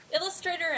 Illustrator